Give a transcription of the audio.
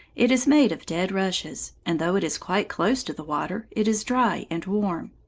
it is made of dead rushes, and though it is quite close to the water, it is dry and warm.